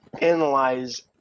analyze